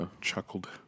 Chuckled